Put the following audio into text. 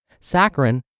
saccharin